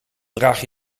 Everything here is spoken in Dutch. draag